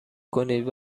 کنید